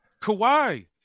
Kawhi